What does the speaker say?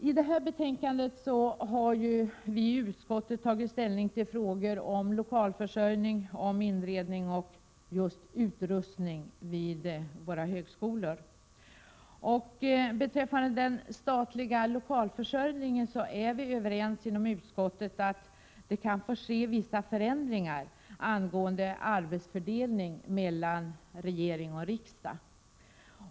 I detta betänkande har vi i utskottet tagit ställning till frågor om lokalförsörjning samt om inredning och utrustning vid högskolorna. Beträffande den statliga lokalförsörjningen är vi i utskottet överens om att det kan få ske vissa förändringar i arbetsfördelningen mellan regering och riksdag.